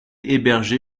hébergé